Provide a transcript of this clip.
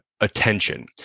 attention